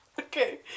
Okay